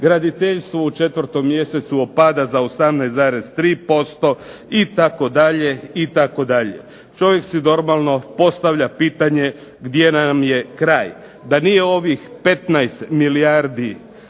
graditeljstvo u 4. mjesecu opada za 18,3% itd., itd. Čovjek si normalno postavlja pitanje gdje nam je kraj? DA nije ovih 15 milijardi